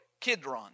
Kidron